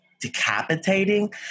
decapitating